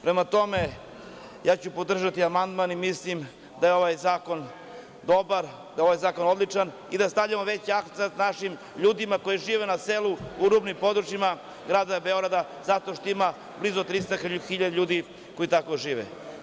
Prema tome, ja ću podržati amandman i mislim da je ovaj zakon dobar, da je ovaj zakon odličan i da stavljamo veći akcenat našim ljudima koji žive na selu u rubnim područjima Grada Beograda zato što ima blizu 300 hiljada ljudi koji tamo žive.